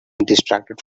distracted